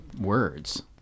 words